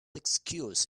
excuse